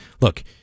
Look